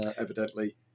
Evidently